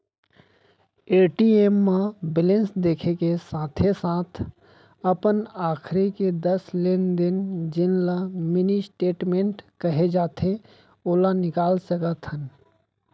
ATM म balance देखे के साथे साथ अपन आखरी के दस लेन देन जेन ल मिनी स्टेटमेंट कहे जाथे ओला निकाल सकत हन